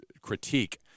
critique